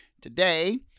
Today